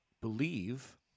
believe